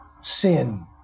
Sin